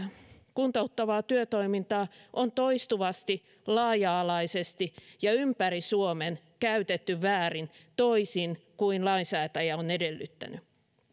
kuntouttavaa työtoimintaa on toistuvasti laaja alaisesti ja ympäri suomen käytetty väärin toisin kuin lainsäätäjä on edellyttänyt